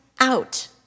out